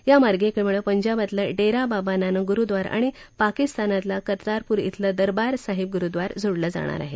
या मार्गिकेमुळे पंजाबातलं डेराबाबा नानक गुरुद्वार आणि पाकिस्तानातला कर्तारपूर ध्वलं दरबार साहिब गुरुद्वार जोडलं जाणार आहे